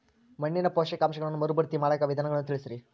ಮಣ್ಣಿನ ಪೋಷಕಾಂಶಗಳನ್ನ ಮರುಭರ್ತಿ ಮಾಡಾಕ ವಿಧಾನಗಳನ್ನ ತಿಳಸ್ರಿ